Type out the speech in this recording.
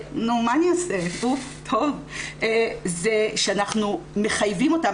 זה שאנחנו מחייבם אותם,